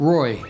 Roy